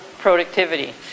productivity